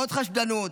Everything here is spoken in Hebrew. עוד חשדנות,